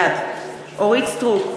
בעד אורית סטרוק,